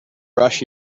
rush